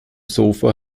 sofa